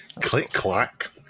Click-clack